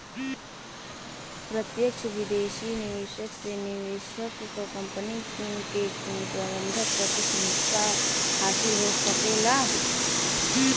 प्रत्यक्ष विदेशी निवेश से निवेशक क कंपनी के प्रबंधन क कुछ हिस्सा हासिल हो सकला